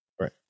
Right